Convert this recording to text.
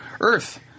Earth